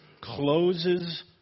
closes